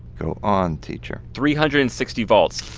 go on, teacher three hundred and sixty volts.